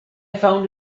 found